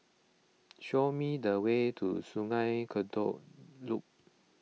show me the way to Sungei Kadut Loop